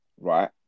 right